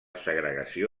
segregació